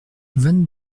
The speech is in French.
vingt